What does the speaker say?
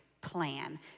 plan